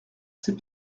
ces